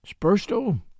Spursto